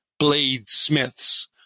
Bladesmiths